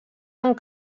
amb